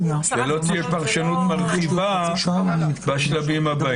שלא תהיה פרשנות מרחיבה בשלבים הבאים.